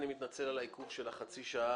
אני מתנצל על העיכוב של חצי השעה.